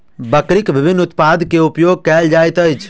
बकरीक विभिन्न उत्पाद के उपयोग कयल जाइत अछि